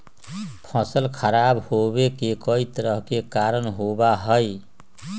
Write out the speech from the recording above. फसल खराब होवे के कई तरह के कारण होबा हई